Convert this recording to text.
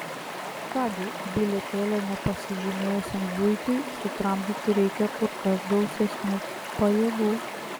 ką gi bilietėlio nepasižymėjusiam zuikiui sutramdyti reikia kur kas gausesnių pajėgų